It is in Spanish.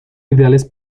ideales